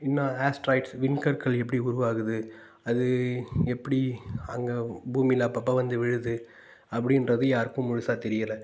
இன்னும் ஆஸ்ட்ராய்ட்ஸ் விண்கற்கள் எப்படி உருவாகுது அது எப்படி அங்கே பூமியில் அப்போப்ப வந்து விழுது அப்படின்றது யாருக்கும் முழுசாக தெரியலை